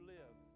live